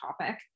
topic